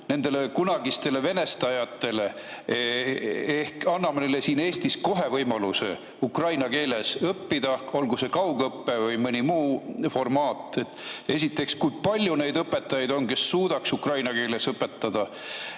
ninanipsu kunagistele venestajatele – siin Eestis kohe ukraina keeles õppida, olgu see kaugõpe või mõni muu formaat. Esiteks, kui palju neid õpetajaid on, kes suudaks ukraina keeles õpetada?